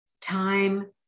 time